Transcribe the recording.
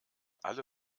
alle